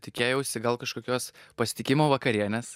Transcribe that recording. tikėjausi gal kažkokios pasitikimo vakarienės